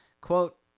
Quote